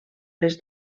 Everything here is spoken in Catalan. les